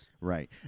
right